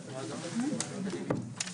הישיבה ננעלה בשעה 13:25.